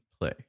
play